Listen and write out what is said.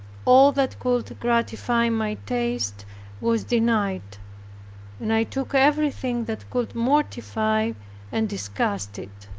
all that could gratify my taste was denied and i took everything that could mortify and disgust it.